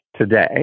today